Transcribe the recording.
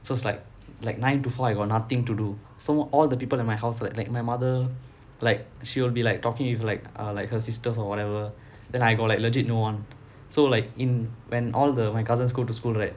so it's like like nine to five I got nothing to do so all the people in my house like like my mother like she will be like talking with like err like her sisters or whatever then I got like legit no one so like in when all the my cousins go to school right